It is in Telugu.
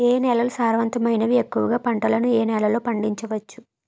ఏ నేలలు సారవంతమైనవి? ఎక్కువ గా పంటలను ఏ నేలల్లో పండించ వచ్చు?